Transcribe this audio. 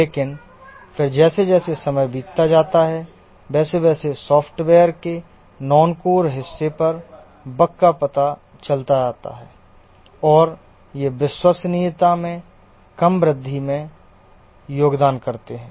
लेकिन फिर जैसे जैसे समय बीतता जाता है वैसे वैसे सॉफ्टवेयर के नॉनकोर हिस्से पर बग का पता चलता जाता है और ये विश्वसनीयता में कम वृद्धि में योगदान करते हैं